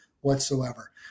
whatsoever